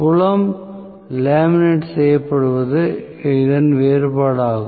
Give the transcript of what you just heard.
புலம் லேமினேட் செய்யப்படுவது இதன் வேறுபாடு ஆகும்